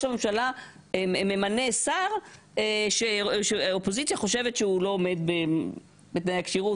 הממשלה ממנה שר שהאופוזיציה חושבת שהוא לא עומד בתנאי הכשירות,